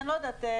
אני לא יודעת,